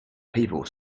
people